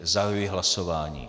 Zahajuji hlasování.